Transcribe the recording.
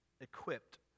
equipped